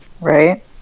Right